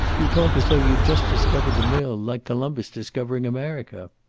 you talk as though you'd just discovered the mill, like columbus discovering america.